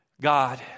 God